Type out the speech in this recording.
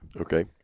Okay